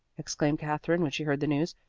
exclaimed katherine, when she heard the news.